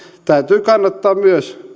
täytyy kannattaa myös